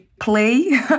play